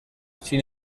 sin